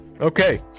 Okay